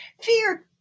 Fear